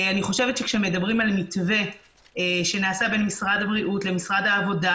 אני חושבת שכאשר מדברים על מתווה שנעשה בין משרד הבריאות למשרד העבודה,